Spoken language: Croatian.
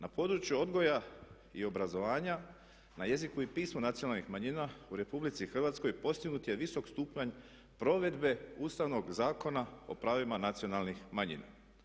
Na području odgoja i obrazovanja na jeziku i pismu nacionalnih manjina u Republici Hrvatskoj postignut je visok stupanj provedbe Ustavnog zakona o pravima nacionalnih manjina.